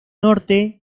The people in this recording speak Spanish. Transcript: norte